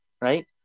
right